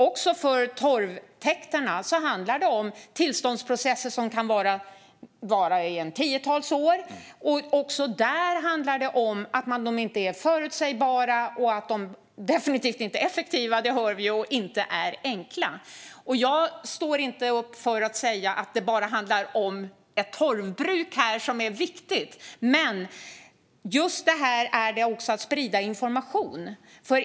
Även för torvtäkterna handlar det om tillståndsprocesser som kan pågå i tiotals år. Också där handlar det om att de inte är förutsägbara. Att de definitivt inte är effektiva hör vi. De är inte heller enkla. Jag står inte upp för att det bara handlar om ett torvbruk här som är viktigt. Det handlar också om att sprida information.